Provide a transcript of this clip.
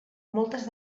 moltes